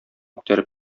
күтәреп